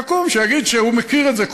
שיקום, שיגיד שהוא מכיר את זה.